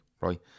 right